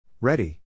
ready